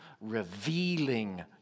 revealing